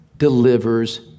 Delivers